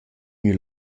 gnü